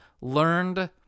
learned